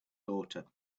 daughter